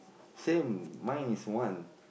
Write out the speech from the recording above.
same mine is one